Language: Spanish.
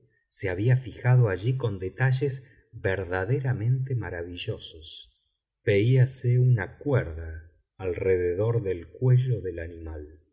se había fijado allí con detalles verdaderamente maravillosos veíase una cuerda al rededor del cuello del animal